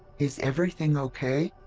is everything ok?